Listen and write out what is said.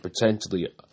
potentially